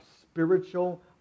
spiritual